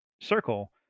circle